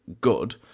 good